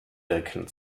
wirken